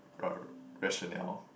ra~ rationale